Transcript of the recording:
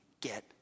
get